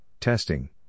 testing